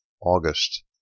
August